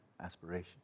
aspiration